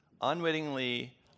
unwittingly